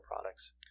products